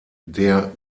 der